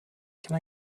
can